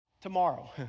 tomorrow